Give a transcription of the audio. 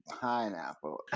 pineapple